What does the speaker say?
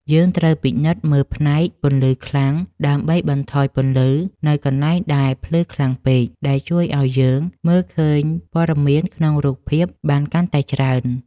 យើងត្រូវពិនិត្យមើលផ្នែក ពន្លឺខ្លាំង ដើម្បីបន្ថយពន្លឺនៅកន្លែងដែលភ្លឺខ្លាំងពេក ដែលជួយឱ្យយើងមើលឃើញព័ត៌មានក្នុងរូបភាពបានកាន់តែច្រើន។